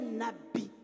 nabi